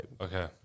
Okay